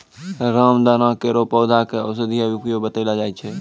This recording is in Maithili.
रामदाना केरो पौधा क औषधीय उपयोग बतैलो जाय छै